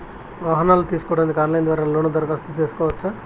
వాహనాలు తీసుకోడానికి ఆన్లైన్ ద్వారా లోను దరఖాస్తు సేసుకోవచ్చా?